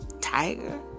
Tiger